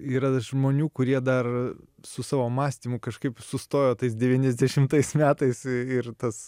yra žmonių kurie dar su savo mąstymu kažkaip sustojo tais devyniasdešimtais metais ir tas